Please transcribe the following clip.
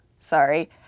sorry